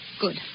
Good